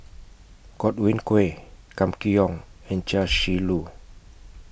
Godwin Koay Kam Kee Yong and Chia Shi Lu